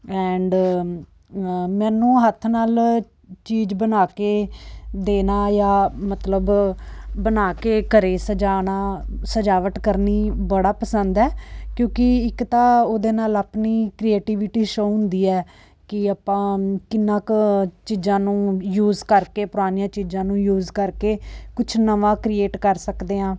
and ਮੈਨੂੰ ਹੱਥ ਨਾਲ ਚੀਜ਼ ਬਣਾ ਕੇ ਦੇਣਾ ਜਾਂ ਮਤਲਬ ਬਣਾ ਕੇ ਘਰ ਸਜਾਉਣਾ ਸਜਾਵਟ ਕਰਨੀ ਬੜਾ ਪਸੰਦ ਹੈ ਕਿਉਂਕਿ ਇੱਕ ਤਾਂ ਉਹਦੇ ਨਾਲ ਆਪਣੀ ਕ੍ਰੀਏਟਿਵਿਟੀ ਸ਼ੋਅ ਹੁੰਦੀ ਹੈ ਕਿ ਆਪਾਂ ਕਿੰਨਾ ਕੁ ਚੀਜ਼ਾਂ ਨੂੰ ਯੂਜ ਕਰਕੇ ਪੁਰਾਣੀਆਂ ਚੀਜ਼ਾਂ ਨੂੰ ਯੂਜ ਕਰਕੇ ਕੁਛ ਨਵਾਂ ਕ੍ਰੀਏਟ ਕਰ ਸਕਦੇ ਹਾਂ